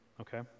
okay